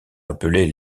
appelés